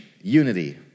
unity